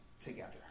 together